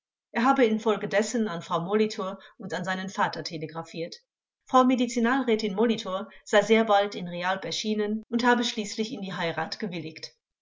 er habe infolgedessen an frau molitor und an seinen vater telegraphiert frau medizinalrätin molitor sei sehr bald in realp erschienen und habe schließlich in die heirat gewilligt